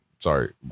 Sorry